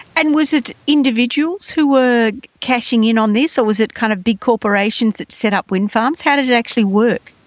and was it individuals who were cashing in on this, or was it kind of big corporations that set up wind farms? how did it actually work?